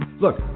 Look